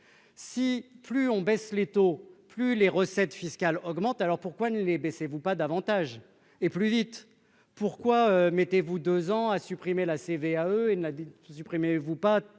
si, plus on baisse les taux, plus les recettes fiscales augmentent, alors pourquoi ne les baissez-vous pas davantage et plus vite pourquoi mettez-vous 2 ans a supprimé la CVAE et Nadine qui supprimé vous pas